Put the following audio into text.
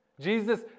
Jesus